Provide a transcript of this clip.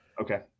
Okay